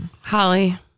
Holly